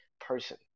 person